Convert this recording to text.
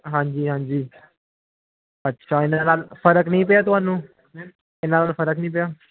ਹਾਂਜੀ ਹਾਂਜੀ ਫ਼ਰਕ ਨਹੀਂ ਪਿਆ ਤੁਹਾਨੂੰ ਇਹਨਾਂ ਨੂੰ ਫ਼ਰਕ ਨਹੀਂ ਪਿਆ